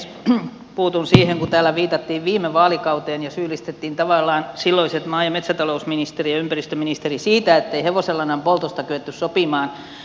puutun siihen kun täällä viitattiin viime vaalikauteen ja syyllistettiin tavallaan silloiset maa ja metsätalousministeri ja ympäristöministeri siitä ettei hevosenlannan poltosta kyetty sopimaan